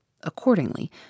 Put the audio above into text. accordingly